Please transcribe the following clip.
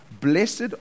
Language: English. Blessed